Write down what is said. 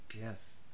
Yes